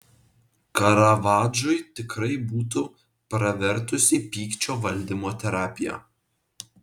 karavadžui tikrai būtų pravertusi pykčio valdymo terapija